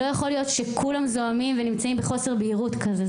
לא יכול להיות שכולם זועמים ונמצאים בחוסר בהירות כזאת.